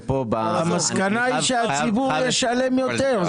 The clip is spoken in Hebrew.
המסקנה היא שהציבור ישלם יותר.